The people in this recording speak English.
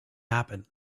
happen